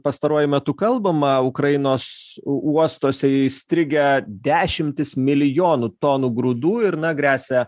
pastaruoju metu kalbama ukrainos uostuose įstrigę dešimtys milijonų tonų grūdų ir na gresia